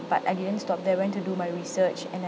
but I didn't stop there went to do my research and I